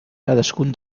cadascun